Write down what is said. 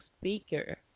speaker